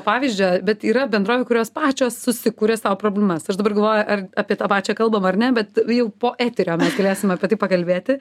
pavyzdžio bet yra bendrovių kurios pačios susikuria sau problemas aš dabar galvoju ar apie tą pačią kalbam ar ne bet jau po eterio mes galėsim apie tai pakalbėti